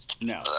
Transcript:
No